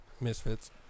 Misfits